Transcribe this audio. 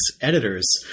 editors